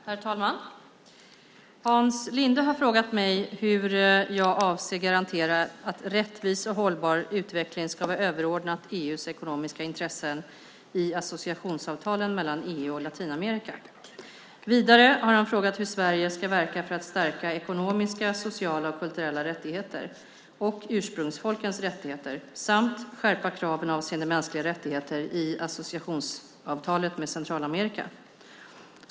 Herr talman! Hans Linde har frågat mig hur jag avser att garantera att rättvis och hållbar global utveckling ska vara överordnat EU:s ekonomiska intressen i associationsavtalen mellan EU och Latinamerika. Vidare har han frågat hur Sverige ska verka för att stärka ekonomiska, sociala och kulturella rättigheter och ursprungsfolkens rättigheter och för att skärpa kraven avseende mänskliga rättigheter i associationsavtalet med Centralamerika.